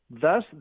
Thus